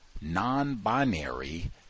non-binary